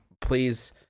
please